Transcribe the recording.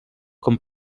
com